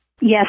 Yes